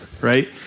Right